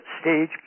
stage